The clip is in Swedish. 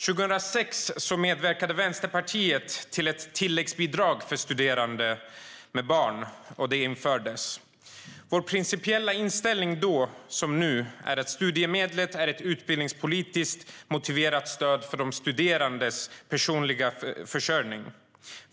År 2006 medverkade Vänsterpartiet till att ett tilläggsbidrag för studerande med barn infördes. Vår principiella inställning - då som nu - är att studiemedlet är ett utbildningspolitiskt motiverat stöd för de studerandes personliga försörjning.